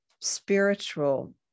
spiritual